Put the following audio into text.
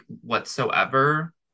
whatsoever